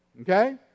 okay